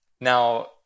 Now